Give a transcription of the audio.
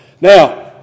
Now